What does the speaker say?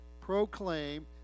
proclaim